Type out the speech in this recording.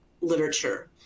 literature